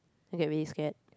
I get really scared